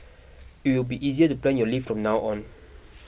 it will be easier to plan your leave from now on